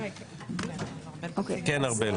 כן, ארבל.